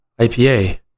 IPA